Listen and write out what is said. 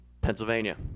Pennsylvania